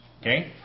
Okay